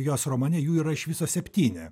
jos romane jų yra iš viso septyni